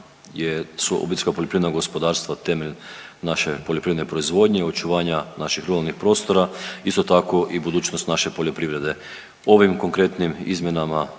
je da je, su OPG-ovi temelj naše poljoprivredne proizvodnje i očuvanja naših ruralnih prostora, isto tako i budućnost naše poljoprivrede. Ovim konkretnim izmjenama